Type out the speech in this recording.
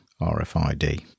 RFID